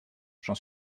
j’en